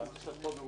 אבל כאשר עד נעלם,